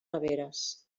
neveres